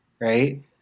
right